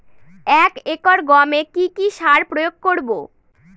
এক একর গমে কি কী সার প্রয়োগ করব?